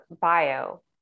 bio